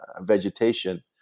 vegetation